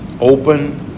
open